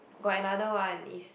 got another one it's